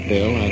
Bill